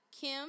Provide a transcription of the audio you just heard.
Kim